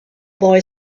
boy